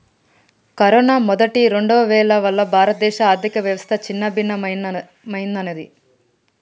corona మొదటి, రెండవ వేవ్ల వల్ల భారతదేశ ఆర్ధికవ్యవస్థ చిన్నాభిన్నమయ్యినాది